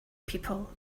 people